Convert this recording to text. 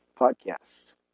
podcast